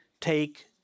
take